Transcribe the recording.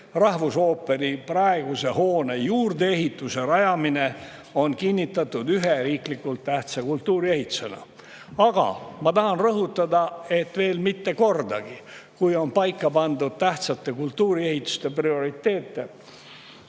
rahvusooperi praeguse hoone juurdeehituse rajamine on kinnitatud ühe riiklikult tähtsa kultuuriehitisena. Aga ma tahan rõhutada, et veel mitte kordagi, kui on paika pandud tähtsate kultuuriehitiste prioriteete,